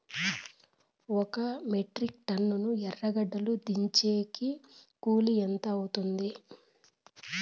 ఒక metric ton ఎర్రగడ్డలు దించేకి కూలి ఎంత అవుతుంది?